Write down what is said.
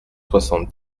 soixante